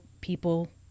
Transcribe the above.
people